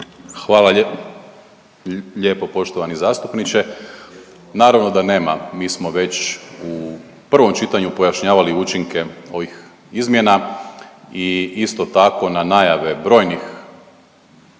Hvala lijepo poštovani zastupniče. Naravno da nema. Mi smo već u prvom čitanju pojašnjavali učinke ovih izmjena i isto tako na najave brojnih